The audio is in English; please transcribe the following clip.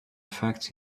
affect